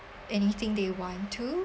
anything they want to